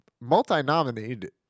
multi-nominated